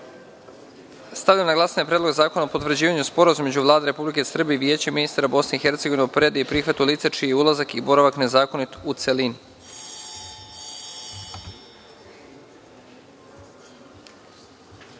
zakona. Stavljam na glasanje Predlog zakona o potvrđivanju Sporazuma između Vlade Republike Srbije i Vijeća ministara Bosne i Hercegovine o predaji i prihvatu lica čiji je ulazak i boravak nezakonit u celini. Molim